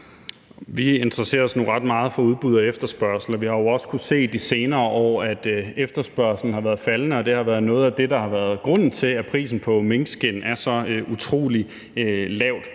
Vi interesserer os nu ret meget for udbud og efterspørgsel, og vi har jo også i de senere år kunnet se, at efterspørgslen har været faldende. Det har været noget af det, der har været grunden til, at prisen på minkskind er blevet så utrolig lav.